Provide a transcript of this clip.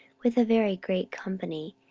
with a very great company,